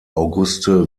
auguste